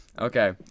Okay